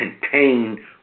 contain